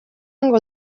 ngo